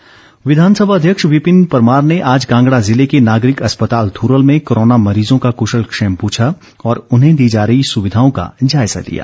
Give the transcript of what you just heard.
परमार विधानसभा अध्यक्ष विपिन परमार ने आज कांगड़ा जिले के नागरिक अस्पताल थ्ररल में कोरोना मरीजों का कृशलक्षेम पूछा और उन्हें दी जा रही सुविधाओं का जायजा लिया